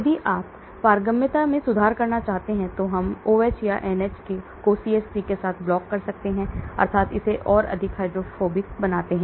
यदि आप पारगम्यता में सुधार करना चाहते हैं तो हम OH या NH को CH3 के साथ ब्लॉक करते हैं अर्थात इसे और अधिक हाइड्रोफोबिक बनाते हैं